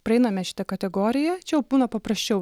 praeiname šitą kategoriją čia jau būna paprasčiau